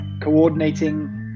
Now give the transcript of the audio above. coordinating